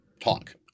talk